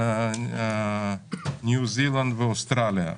ניו זילנד ואוסטרליה.